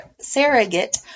surrogate